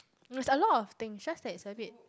there's a lot of things it's just that it's a bit